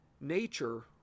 nature